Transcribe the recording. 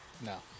No